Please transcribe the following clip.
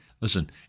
listen